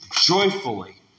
joyfully